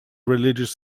religious